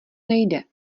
nejde